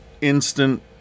instant